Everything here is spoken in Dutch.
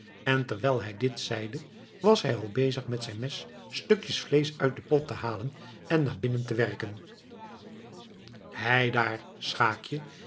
en terwijl hij dit zeide was hij al bezig met zijn mes stukjes vleesch uit den pot te halen en naar binnen te werken heidaar schaeckje